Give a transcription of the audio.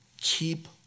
keep